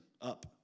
Up